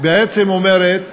בעצם אומרת